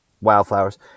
Wildflowers